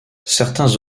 certains